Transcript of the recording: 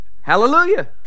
Hallelujah